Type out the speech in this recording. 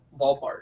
ballpark